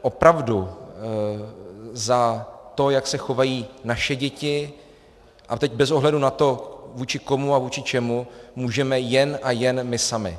Opravdu za to, jak se chovají naše děti, a teď bez ohledu na to, vůči komu a vůči čemu, můžeme jen a jen my sami.